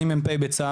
אני מ"פ בצה"ל,